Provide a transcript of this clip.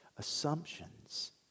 Assumptions